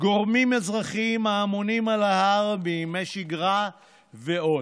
גורמים אזרחיים האמונים על ההר בימי שגרה ועוד.